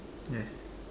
yes